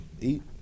Eat